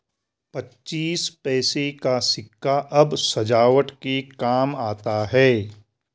पच्चीस पैसे का सिक्का अब सजावट के काम आता है